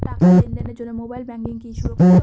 টাকা লেনদেনের জন্য মোবাইল ব্যাঙ্কিং কি সুরক্ষিত?